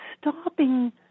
stopping